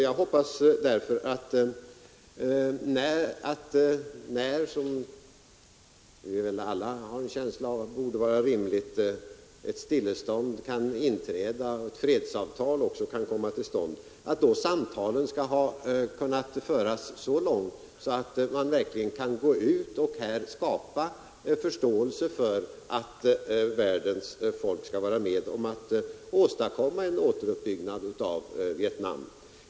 Jag hoppas därför att, när — som vi väl alla har en känsla av borde vara rimligt — ett stillestånd kan inträffa och ett fredsavtal också kan komma till stånd, samtalen då skall ha kunnat föras så långt, att man verkligen kan gå ut och här skapa förståelse för att världens folk skall vara med om att åstadkomma en återuppbyggnad av Vietnam.